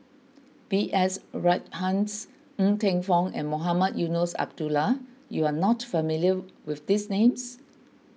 B S Rajhans Ng Teng Fong and Mohamed Eunos Abdullah you are not familiar with these names